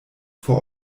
vor